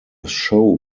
show